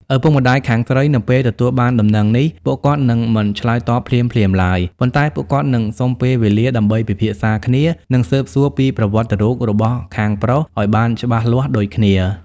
ឪពុកម្ដាយខាងស្រីនៅពេលទទួលបានដំណឹងនេះ ពួកគាត់នឹងមិនឆ្លើយតបភ្លាមៗឡើយ ប៉ុន្តែពួកគាត់នឹងសុំពេលវេលាដើម្បីពិភាក្សាគ្នា និងស៊ើបសួរពីប្រវត្តិរូបរបស់ខាងប្រុសឱ្យបានច្បាស់លាស់ដូចគ្នា។